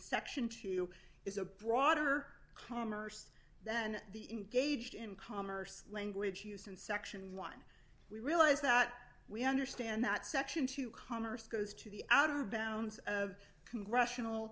section two is a broader commerce then the engaged in commerce language used in section one we realize that we understand that section two commerce goes to the out of bounds of congressional